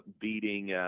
beating